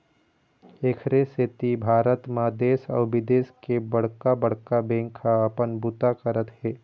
एखरे सेती भारत म देश अउ बिदेश के बड़का बड़का बेंक ह अपन बूता करत हे